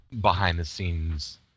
behind-the-scenes